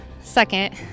second